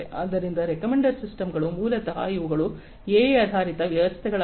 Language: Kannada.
ಆದ್ದರಿಂದ ರಿಕಮೆಂಡರ್ ಸಿಸ್ಟಮ್ಸ್ಗಳು ಮೂಲತಃ ಇವುಗಳು ಎಐ ಆಧಾರಿತ ವ್ಯವಸ್ಥೆಗಳಾಗಿವೆ